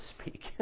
speak